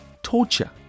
torture